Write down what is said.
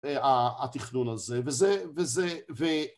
התכנון הזה וזה